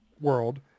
world